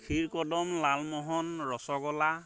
খীৰ kadam lalmohan rasgulla